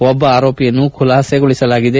ಒಬ್ಬ ಆರೋಪಿಯನ್ನು ಖುಲಾಸೆಗೊಳಿಸಲಾಗಿದೆ